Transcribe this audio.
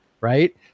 Right